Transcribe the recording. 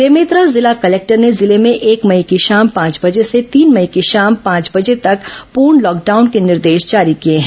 बेमेतरा जिला कलेक्टर ने जिले में एक मई की शाम पांच बजे से तीन मई की शाम पांच बजे तक पूर्ण लॉकडाउन के निर्देश जारी किए हैं